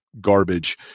Garbage